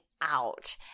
out